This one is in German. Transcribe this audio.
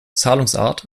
zahlungsart